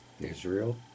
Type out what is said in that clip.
Israel